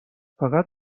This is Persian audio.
فقط